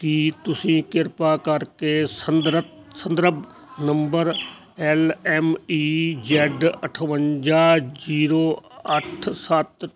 ਕੀ ਤੁਸੀਂ ਕਿਰਪਾ ਕਰਕੇ ਸੰਦਰੱਭ ਸੰਦਰਬ number L M E Z ਅਠਵੰਜਾ ਜੀਰੋ ਅੱਠ ਸੱਤ